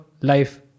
life